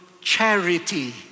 charity